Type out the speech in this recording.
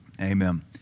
Amen